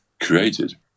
created